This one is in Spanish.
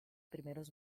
primeros